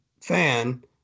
fan